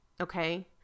okay